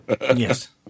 Yes